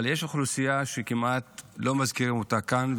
אבל יש אוכלוסייה שכמעט לא מזכירים אותה כאן,